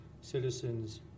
citizens